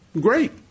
great